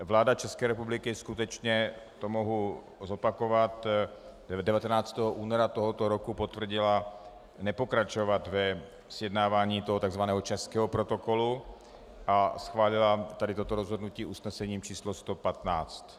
Vláda České republiky skutečně to mohu zopakovat 19. února tohoto roku potvrdila nepokračovat ve sjednávání toho takzvaného českého protokolu a schválila toto rozhodnutí usnesením číslo 115.